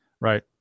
right